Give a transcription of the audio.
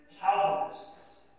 Calvinists